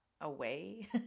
away